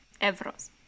evros